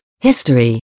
history